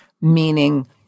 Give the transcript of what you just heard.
meaning